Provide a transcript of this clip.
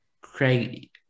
Craig